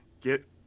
get